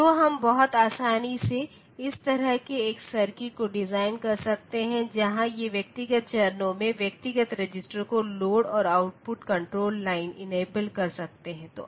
तो हम बहुत आसानी से इस तरह के एक सर्किट को डिज़ाइन कर सकते हैं जहां ये व्यक्तिगत चरणों में व्यक्तिगत रजिस्टरों को लोड और आउटपुट कण्ट्रोल लाइन इनेबल कर सकते हैं